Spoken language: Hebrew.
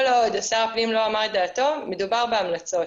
כל עוד שר הפנים לא אמר את דעתו, מדובר בהמלצות.